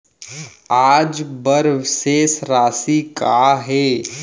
आज बर शेष राशि का हे?